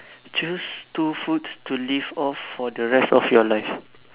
choose two foods to live off for the rest of your life